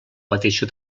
petició